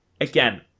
again